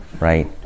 right